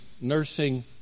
nursing